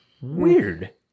Weird